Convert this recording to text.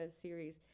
series